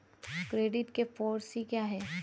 Credit के four C क्या हैं?